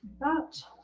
that